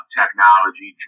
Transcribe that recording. technology